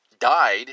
died